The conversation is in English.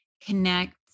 connect